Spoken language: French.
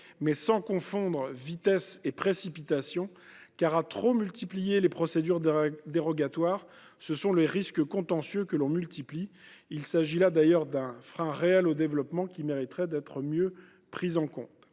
mais sans confondre vitesse et précipitation, car, à trop multiplier les procédures dérogatoires, ce sont les risques contentieux que l’on augmente. Il s’agit là d’ailleurs d’un frein réel au développement, qui mériterait d’être mieux pris en compte.